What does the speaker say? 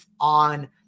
on